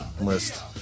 list